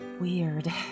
weird